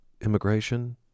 immigration